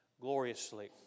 gloriously